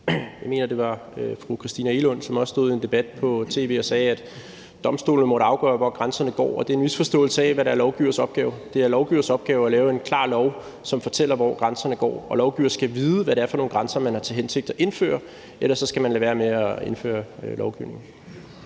Jeg mener at huske, at det var fru Christina Egelund, som også stod i en debat på tv og sagde, at domstolene måtte afgøre, hvor grænserne går. Det er en misforståelse af, hvad der er lovgivers opgave. Det er lovgivers opgave at lave en klar lov, som fortæller, hvor grænserne går, og lovgiver skal vide, hvad det er for nogle grænser, man har til hensigt at indføre – ellers skal man lade være med at indføre lovgivningen.